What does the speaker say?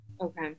Okay